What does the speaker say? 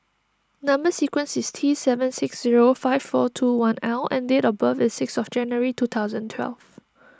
Number Sequence is T seven six five four two one L and date of birth is sixth January two thousand and twelve